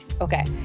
okay